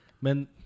men